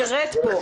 שירת פה,